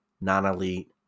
non-elite